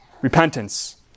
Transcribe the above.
repentance